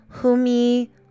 Humi